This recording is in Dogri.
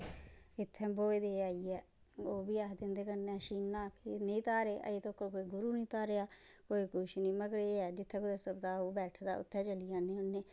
इत्थें ब्होए दे आइयै ओह्बी आखदे न ते कन्नै छिन्ना फ्ही नेंई धारे अजें तक्कर कोई गुरु नी धारेआ कोई कुछ नी मगर एह् ऐ जित्थै कुदै शरधा होऐ बैठे दा उत्थै चली जन्नी होन्नी